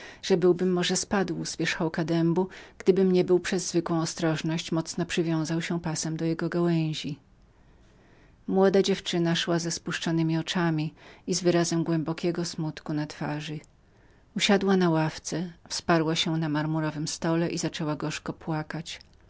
że byłbym może spadł z wierzchołka dębu gdybym nie był przez zwykłą ostrożność mocno przywiązał się pasem do jego gałęzi młoda dziewczyna szła ze spuszczonemi oczyma i z wyrazem głębokiego smutku na twarzytwarzy usiadła na ławce wsparła się na marmurowym stole i zaczęła gorzko płakać